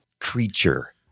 creature